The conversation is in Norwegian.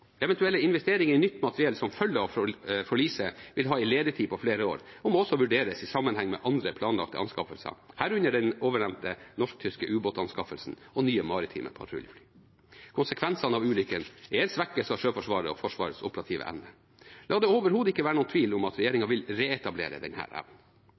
Eventuelle investeringer i nytt materiell som følge av forliset vil ha en ledetid på flere år og må også vurderes i sammenheng med andre planlagte anskaffelser, herunder den ovennevnte norsk-tyske ubåtanskaffelsen og nye maritime patruljefly. Konsekvensen av ulykken er en svekkelse av Sjøforsvarets og Forsvarets operative evne. La det overhodet ikke være noen tvil om at